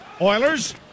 Oilers